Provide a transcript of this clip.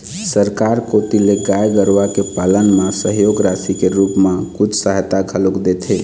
सरकार कोती ले गाय गरुवा के पालन म सहयोग राशि के रुप म कुछ सहायता घलोक देथे